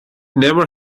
never